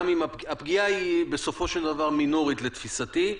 והפגיעה בסופו של דבר מינורית לתפיסתי,